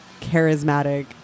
charismatic